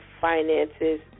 finances